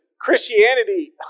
Christianity